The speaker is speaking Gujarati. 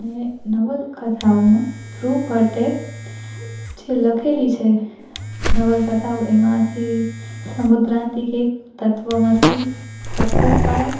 ને નવલકથાઓમાં ધ્રુવ ભટ્ટે જે લખેલી છે નવલકથાઓ એમાંથી સમુદ્રાન્તિકે તત્વમસી અકુપાર